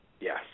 Yes